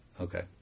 okay